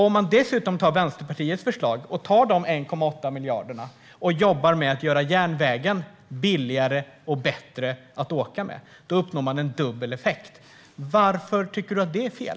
Om man dessutom tar Vänsterpartiets förslag och de 1,8 miljarderna för att göra det billigare och bättre att åka på järnvägen, då uppnår man en dubbel effekt. Varför tycker du att det är fel?